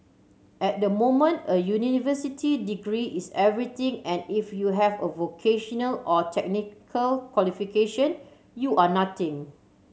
at the moment a university degree is everything and if you have a vocational or technical qualification you are nothing